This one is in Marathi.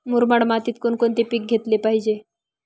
मुरमाड मातीत कोणकोणते पीक घेतले पाहिजे?